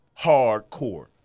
hardcore